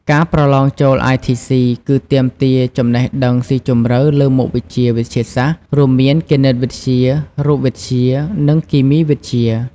ការប្រឡងចូល ITC គឺទាមទារចំណេះដឹងស៊ីជម្រៅលើមុខវិជ្ជាវិទ្យាសាស្ត្រ រួមមាន គណិតវិទ្យា រូបវិទ្យា និងគីមីវិទ្យា។